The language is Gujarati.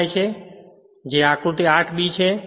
જે આકૃતિ 8 b છે